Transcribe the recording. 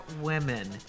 women